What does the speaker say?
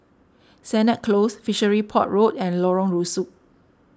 Sennett Close Fishery Port Road and Lorong Rusuk